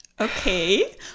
Okay